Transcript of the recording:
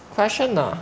question ah